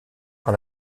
par